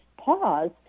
pause